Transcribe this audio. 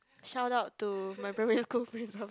shout out to my primary school principal